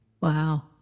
Wow